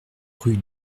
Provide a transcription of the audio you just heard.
rue